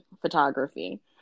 photography